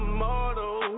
mortal